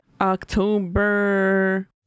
October